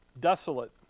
desolate